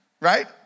Right